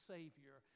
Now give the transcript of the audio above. Savior